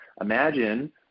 imagine